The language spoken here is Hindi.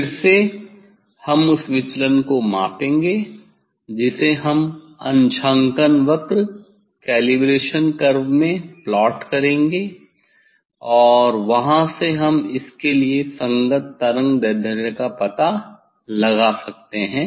फिर से हम उस विचलन को मापेंगे जिसे हम अंशांकन वक्र में प्लॉट करेंगे और वहां से हम इसके लिए संगत तरंगदैर्ध्य का पता लगा सकते हैं